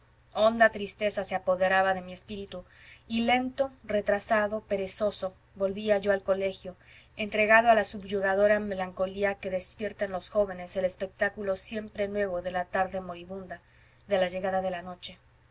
honda tristeza se apoderaba de mi espíritu y lento retrasado perezoso volvía yo al colegio entregado a la subyugadora melancolía que despierta en los jóvenes el espectáculo siempre nuevo de la tarde moribunda de la llegada de la noche